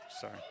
Sorry